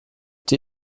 die